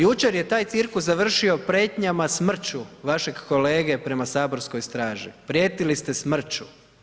Jučer je taj cirkus završio prijetnjama smrću vašeg kolege prema saborskoj straži, prijetili ste smrću.